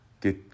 Get